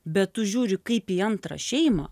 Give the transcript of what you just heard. bet tu žiūri kaip į antrą šeimą